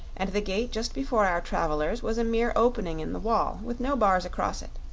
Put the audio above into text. and the gate just before our travelers was a mere opening in the wall, with no bars across it.